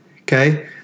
okay